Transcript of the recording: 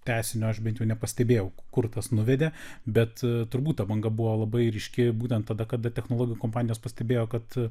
tęsinio aš bent jau nepastebėjau kur tas nuvedė bet turbūt ta banga buvo labai ryški būtent tada kada technologijų kompanijos pastebėjo kad